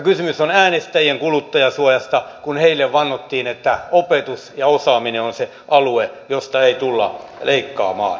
kysymys on äänestäjien kuluttajansuojasta kun heille vannottiin että opetus ja osaaminen on se alue josta ei tulla leikkaamaan